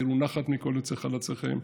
שתראו נחת מכל יוצאי חלציכם,